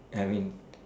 I mean